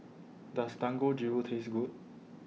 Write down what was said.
Does Dangojiru Taste Good